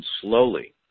slowly